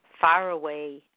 faraway